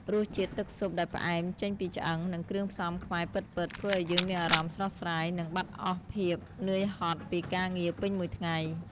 រសជាតិទឹកស៊ុបដែលផ្អែមចេញពីឆ្អឹង និងគ្រឿងផ្សំខ្មែរពិតៗ ធ្វើឱ្យយើងមានអារម្មណ៍ស្រស់ស្រាយ និងបាត់អស់ភាពនឿយហត់ពីការងារពេញមួយថ្ងៃ។